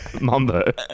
Mumbo